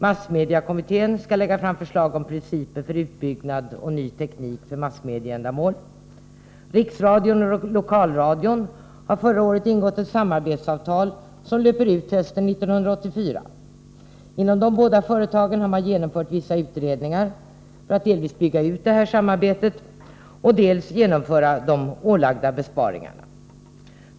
Massmediekommittén skall lägga fram förslag om principer för utbyggnad och ny teknik för massmediaändamål. Riksradion och Lokalradion har förra året ingått ett samarbetsavtal som löper ut hösten 1984. Inom de både företagen har man genomfört vissa utredningar för att dels bygga ut detta samarbete, dels genomföra de ålagda besparingarna.